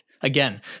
Again